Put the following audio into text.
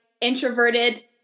introverted